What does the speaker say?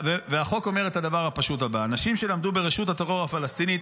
והחוק אומר את הדבר הפשוט הבא: אנשים שלמדו ברשות הטרור הפלסטינית,